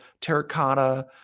terracotta